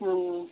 હમ્મ